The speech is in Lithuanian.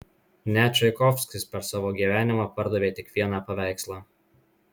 net čaikovskis per savo gyvenimą pardavė tik vieną paveikslą